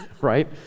right